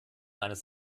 eines